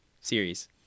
series